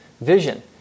vision